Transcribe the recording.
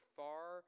far